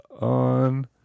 on